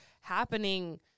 happening